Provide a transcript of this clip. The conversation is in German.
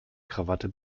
krawatte